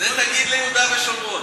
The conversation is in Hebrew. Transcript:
זה תגיד ליהודה ושומרון.